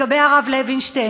לגבי הרב לוינשטיין?